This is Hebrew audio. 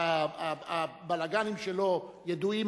הבלגנים שלו ידועים,